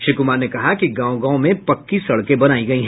श्री कुमार ने कहा कि गांव गांव में पक्की सड़कें बनायी गयी